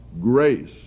grace